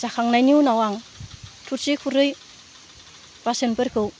जाखांनायनि उनाव आं थोरसि खुरै बासोनफोरखौ